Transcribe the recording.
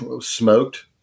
smoked